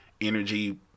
energy